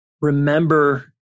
remember